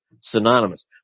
synonymous